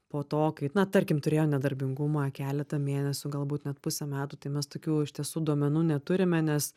po to kai na tarkim turėjo nedarbingumą keletą mėnesių galbūt net pusę metų tai mes tokių iš tiesų duomenų neturime nes